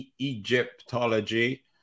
egyptology